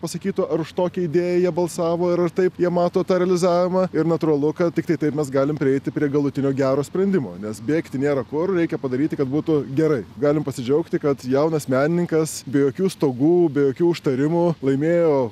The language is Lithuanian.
pasakytų ar už tokią idėją jie balsavo ir ar taip jie mato tą realizavimą ir natūralu kad tiktai taip mes galim prieiti prie galutinio gero sprendimo nes bėgti nėra kur reikia padaryti kad būtų gerai galim pasidžiaugti kad jaunas menininkas be jokių stogų be jokių užtarimų laimėjo